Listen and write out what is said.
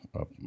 up